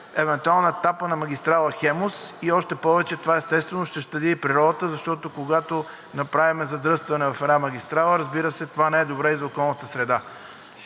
евентуална тапа на магистрала „Хемус“, още повече че това, естествено, ще щади и природата, защото, когато направим задръстване в една магистрала, разбира се, това не е добре и за околната среда.